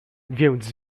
więc